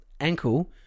ankle